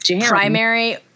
primary